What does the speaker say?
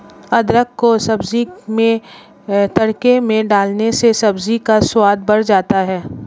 अदरक को सब्जी में तड़के में डालने से सब्जी का स्वाद बढ़ जाता है